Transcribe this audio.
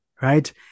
right